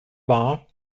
war